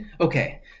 Okay